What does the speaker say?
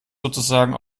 sozusagen